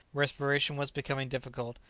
respiration was becoming difficult,